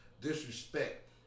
disrespect